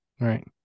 Right